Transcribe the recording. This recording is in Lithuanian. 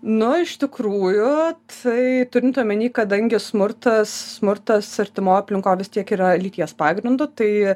nu iš tikrųjų tai turint omeny kadangi smurtas smurtas artimoj aplinkoj vis tiek yra lyties pagrindu tai